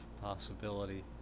possibility